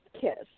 kiss